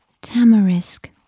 tamarisk